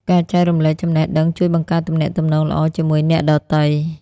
ការចែករំលែកចំណេះដឹងជួយបង្កើតទំនាក់ទំនងល្អជាមួយអ្នកដទៃ។